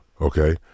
okay